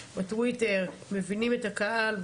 מבינים את הקהל,